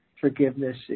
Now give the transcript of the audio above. forgiveness